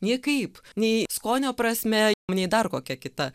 niekaip nei skonio prasme nei dar kokia kita